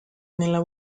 nella